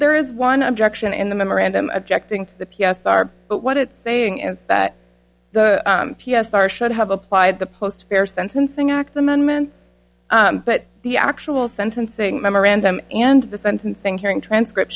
there is one objection in the memorandum objecting to the p s r but what it's saying is that the p s r should have applied the post fair sentencing act amendment but the actual sentencing memorandum and the sentencing hearing transcript